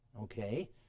Okay